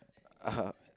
uh !huh!